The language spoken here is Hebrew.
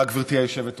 תודה, גברתי היושבת-ראש.